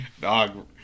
Dog